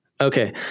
Okay